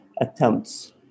attempts